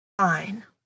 Fine